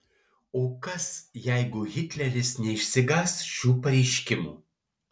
o kas jeigu hitleris neišsigąs šių pareiškimų